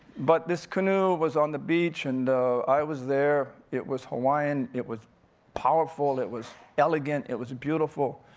but this canoe was on the beach, and i was there. it was hawaiian, it was powerful, it was elegant. it was beautiful,